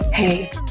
Hey